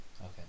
Okay